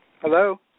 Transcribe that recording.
Hello